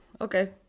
okay